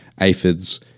aphids